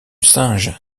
singe